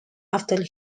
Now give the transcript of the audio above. after